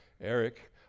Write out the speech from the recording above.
Eric